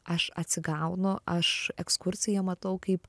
aš atsigaunu aš ekskursiją matau kaip